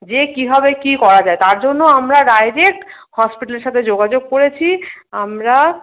যে কীভাবে কী করা যায় তার জন্য আমরা ডাইরেক্ট হসপিটালের সাথে যোগাযোগ করেছি আমরা